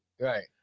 right